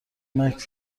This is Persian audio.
مکث